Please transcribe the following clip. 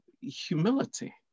humility